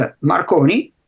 Marconi